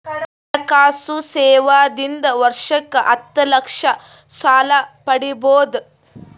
ಹಣಕಾಸು ಸೇವಾ ದಿಂದ ವರ್ಷಕ್ಕ ಹತ್ತ ಲಕ್ಷ ಸಾಲ ಪಡಿಬೋದ?